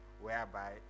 whereby